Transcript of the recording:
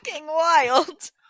wild